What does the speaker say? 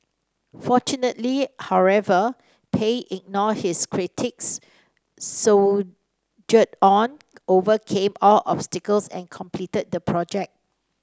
fortunately however Pei ignored his critics soldiered on overcame all obstacles and completed the project